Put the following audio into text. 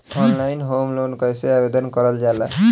Online home loan कैसे आवेदन करल जा ला?